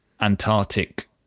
Antarctic